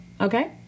okay